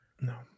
No